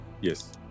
Yes